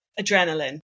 Adrenaline